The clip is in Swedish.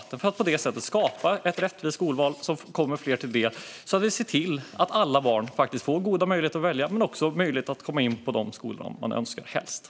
Det handlar om att på det sättet skapa ett rättvist skolval som kommer fler till del så att vi ser till att alla barn får goda möjligheter att välja och också möjlighet att komma in på de skolor som de helst önskar.